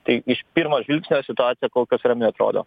tai iš pirmo žvilgsnio situacija kol kas rami atrodo